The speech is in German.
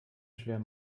schwer